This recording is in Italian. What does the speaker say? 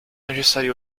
necessari